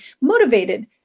motivated